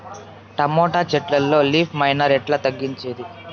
Tomato చెట్లల్లో leaf miner ఎట్లా తగ్గించేది?